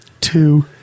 Two